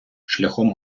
шляхом